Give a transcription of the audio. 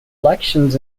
elections